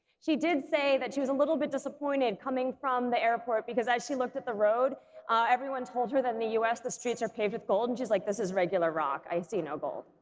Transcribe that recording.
she did say that she was a little bit disappointed coming from the airport because as she looked at the road everyone told her that in the us the streets are paved with gold and she's like this is regular rock i see no gold,